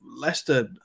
Leicester